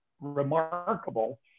remarkable